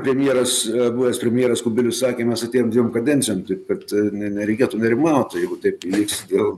premjeras yra buvęs premjeras kubilius sakė mes atėjom dviem kadencijom taip kad ne nereikėtų nerimauti jeigu taip liks dėl